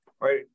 Right